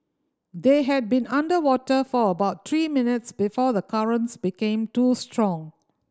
they had been underwater for about three minutes before the currents became too strong